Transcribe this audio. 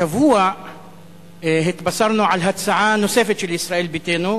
השבוע התבשרנו על הצעה נוספת של ישראל ביתנו,